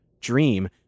dream